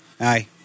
Aye